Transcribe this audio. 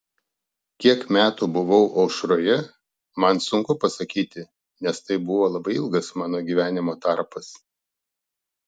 kiek metų buvau aušroje man sunku pasakyti nes tai buvo labai ilgas mano gyvenimo tarpas